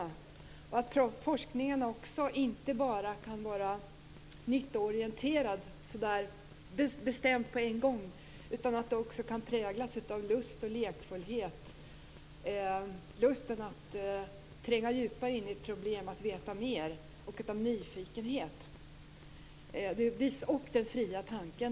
Jag tror också att forskningen kan vara inte bara nyttoorienterad, utan att den också kan präglas av lust och lekfullhet, av lust att tränga djupare in i ett problem för att få veta mer, av nyfikenhet och av den fria tanken.